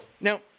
Now